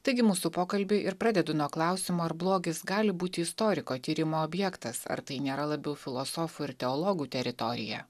taigi mūsų pokalbį ir pradedu nuo klausimo ar blogis gali būti istoriko tyrimo objektas ar tai nėra labiau filosofų ir teologų teritorija